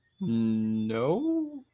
No